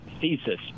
thesis